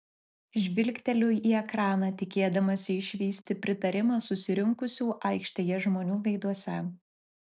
žvilgteliu į ekraną tikėdamasi išvysti pritarimą susirinkusių aikštėje žmonių veiduose